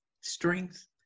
strength